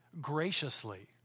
graciously